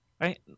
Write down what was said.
Right